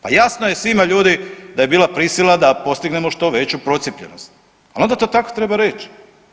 Pa jasno je svima ljudi da je bila prisila da postignemo što veću procijepljenost, ali onda to tako treba reći.